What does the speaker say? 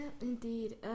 indeed